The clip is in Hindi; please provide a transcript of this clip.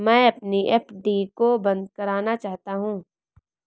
मैं अपनी एफ.डी को बंद करना चाहता हूँ